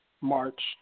march